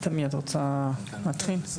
תמי, את רוצה להתחיל?